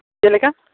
ᱪᱮᱫᱞᱮᱠᱟ